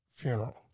funeral